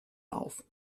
auf